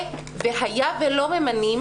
והיה ולא ממנים,